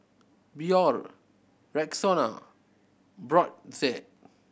Biore Rexona Brotzeit